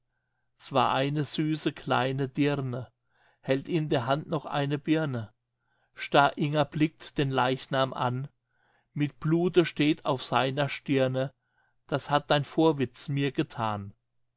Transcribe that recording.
war eine süße kleine dirne hält in der hand noch eine birne starr inger blickt den leichnam an mit blute steht auf seiner stirne das hat dein vorwitz mir gethan